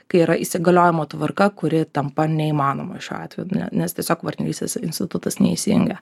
kai yra įsigaliojimo tvarka kuri tampa neįmanoma šiuo atveju nes tiesiog partnerystės institutas neįsijungia